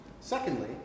Secondly